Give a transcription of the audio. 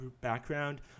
background